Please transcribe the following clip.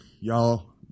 y'all